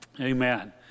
Amen